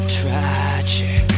tragic